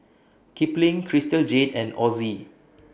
Kipling Crystal Jade and Ozi